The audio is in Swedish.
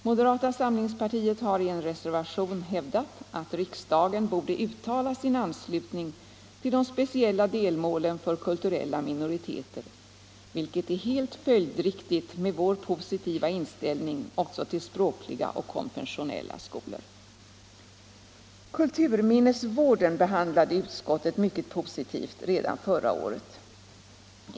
Moderata samlingspartiet har i en reservation hävdat att riksdagen borde uttala sin anslutning till de speciella delmålen för kulturella minoriteter, vilket är helt följdriktigt med vår positiva inställning också till språkliga och konfessionella skolor. Kulturminnesvården behandlade utskottet mycket positivt redan förra året.